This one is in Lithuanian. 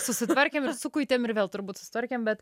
susitvarkėm ir sukuitėm ir vėl turbūt susitvarkėm bet